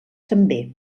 també